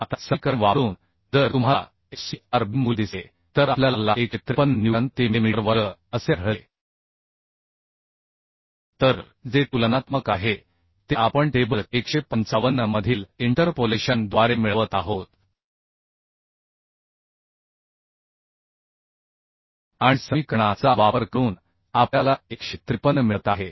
आता समीकरण वापरून जर तुम्हाला f c r b मूल्य दिसले तर आपल्याला ला 153 न्यूटन प्रति मिलिमीटर वर्ग असे आढळले तर जे तुलनात्मक आहे ते आपण टेबल 155 मधील इंटरपोलेशन द्वारे मिळवत आहोत आणि समीकरणा चा वापर करून आपल्याला 153 मिळत आहे